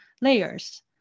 layers